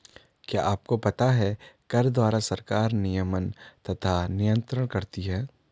क्या आपको पता है कर द्वारा सरकार नियमन तथा नियन्त्रण करती है?